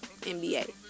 NBA